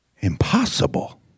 impossible